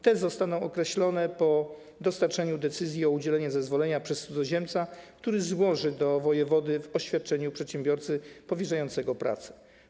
Te zostaną określone po dostarczeniu decyzji o udzieleniu zezwolenia przez cudzoziemca, który złoży do wojewody oświadczenie przedsiębiorcy powierzającego mu pracę.